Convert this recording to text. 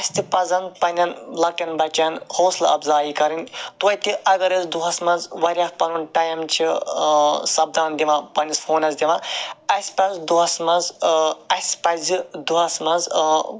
اسہ تہِ پَزَن پَننیٚن لَکٹیٚن بَچَن حوصلہ اَفزایی کَرٕنۍ توتہ اگر أسۍ دۄہَس مَنٛز واریاہ پنن ٹایم چھِ سپدان دِوان پَننِس فونَس دِوان اسہِ پَزِ دۄہَس مَنٛز اسہِ پَزِ دۄہَس مَنٛز